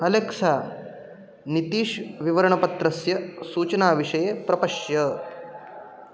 Alexa Nitish विवरणपत्रस्य सूचनाविषये प्रपश्य